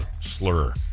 slur